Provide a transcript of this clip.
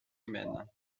humaine